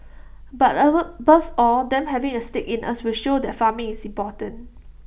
but above all them having A stake in us will show that farming is important